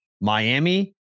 Miami